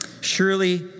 Surely